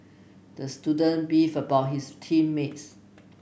the student beefed about his team mates